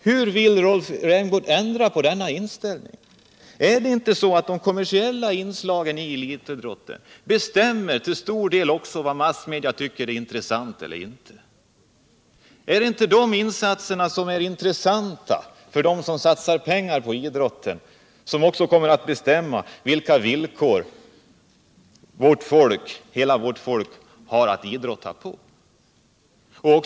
Hur vill Rolf Rämgård ändra på denna inställning? Är det inte så att de kommersiella intressena när det gäller elitidrotten till stor del bestämmer vad massmedia tycker är intressant eller inte? Är det inte de insatser som är intressanta för dem som satsar pengar på idrotten som också kommer att bestämma under vilka villkor hela vårt folk har att idrotta?